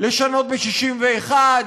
לשנות ב-61.